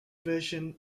version